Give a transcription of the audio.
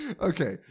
okay